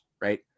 right